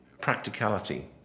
practicality